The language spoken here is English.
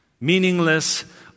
Meaningless